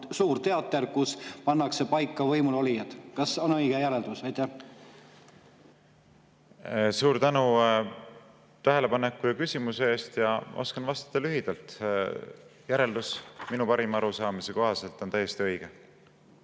suur teater, kus pannakse paika võimulolijad. Kas see on õige järeldus? Suur tänu tähelepaneku ja küsimuse eest! Oskan vastata lühidalt: järeldus minu parima arusaamise kohaselt on täiesti õige.